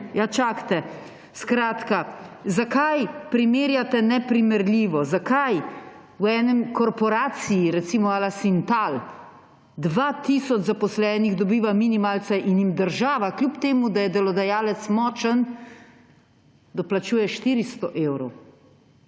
Ja, čakajte! Skratka, zakaj primerjate neprimerljivo? Zakaj v korporaciji, recimo ŕ la Sintal, 2 tisoč zaposlenih dobiva minimalca in jim država, kljub temu da je delodajalec močen, doplačuje 400 evrov,